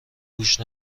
گوش